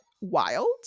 wild